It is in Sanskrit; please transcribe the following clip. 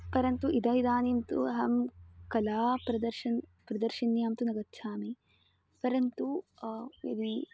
परन्तु इद इदानीं तु अहं कलाप्रदर्शनी प्रदर्शिन्यां तु न गच्छामि परन्तु यदि